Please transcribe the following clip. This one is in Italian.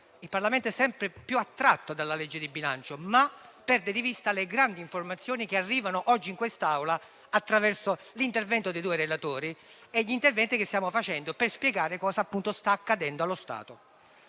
Il Parlamento è sempre più attratto dalla legge di bilancio, ma perde di vista le grandi informazioni che arrivano oggi in quest'Aula attraverso l'intervento dei due relatori e gli interventi che stiamo facendo per spiegare cosa appunto sta accadendo allo Stato.